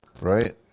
Right